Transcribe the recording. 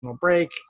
break